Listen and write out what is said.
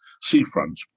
seafront